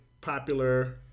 popular